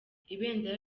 ibendera